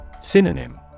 Synonym